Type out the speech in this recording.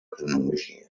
cronologia